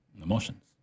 emotions